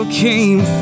came